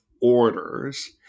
orders